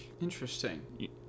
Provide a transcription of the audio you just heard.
Interesting